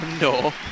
No